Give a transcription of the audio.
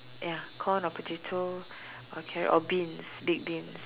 ya corn or potato or carrot or beans baked beans